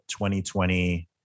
2020